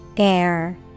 Air